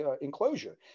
enclosure